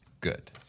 good